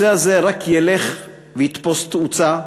הנושא הזה רק ילך ויתפוס תאוצה,